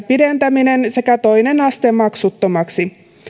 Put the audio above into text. pidentäminen sekä toinen aste maksuttomaksi